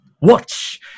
Watch